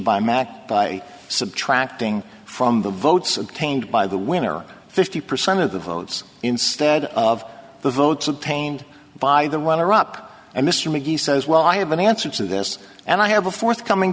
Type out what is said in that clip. matt by subtracting from the votes obtained by the winner fifty percent of the votes instead of the votes obtained by the runner up and mr mcgee says well i have an answer to this and i have a forthcoming